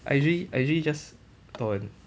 I usually I usually just torrent